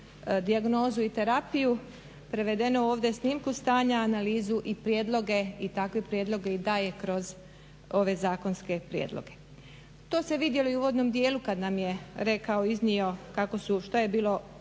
dijagnozu i terapiju prevedeno ovdje snimku stanja, analizu i prijedloge i takve prijedloge i daje kroz ove zakonske prijedloge. To se vidjelo i u uvodnom dijelu kad nam je rekao, iznio kako su što je bilo